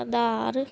ਆਧਾਰ